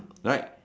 right